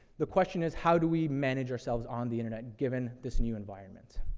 the question is how do we manage ourselves on the internet given this new environment?